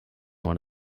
one